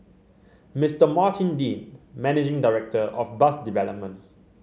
Mister Martin Dean managing director of bus development